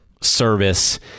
service